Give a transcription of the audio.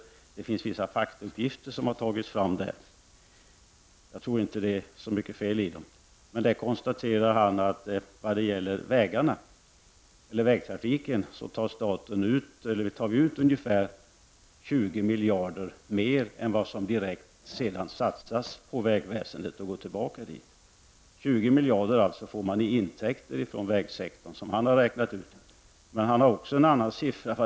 I den utredningen har dock vissa faktauppgifter tagits fram, och jag tror inte det är något fel på dem. Tony Hagström konstaterar att staten i fråga om vägtrafiken tar ut ungefär 20 miljarder kronor mer än vad som därefter satsas på vägväsendet. Enligt Tony Hagström får alltså staten in 20 miljarder kronor från vägsektorn.